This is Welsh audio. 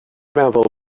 meddwl